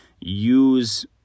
use